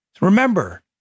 Remember